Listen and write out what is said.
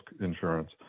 insurance